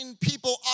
people